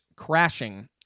crashing